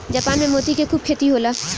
Japan में मोती के खूब खेती होला